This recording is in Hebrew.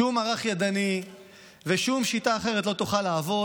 שום מערך ידני ושום שיטה אחרת לא יוכלו לעבוד.